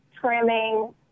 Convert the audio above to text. trimming